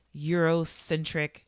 Eurocentric